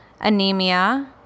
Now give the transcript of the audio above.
anemia